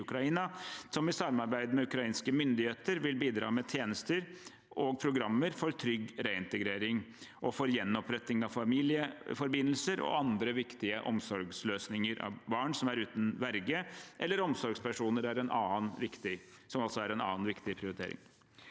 som i samarbeid med ukrainske myndigheter vil bidra med tjenester og programmer for trygg reintegrering og for gjenoppretting av familieforbindelser og andre viktige omsorgsløsninger for barn som er uten verge eller omsorgspersoner, som er en annen viktig prioritering.